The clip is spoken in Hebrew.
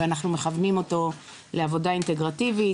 אנחנו מכוונים אותו לעבודה אינטגרטיבית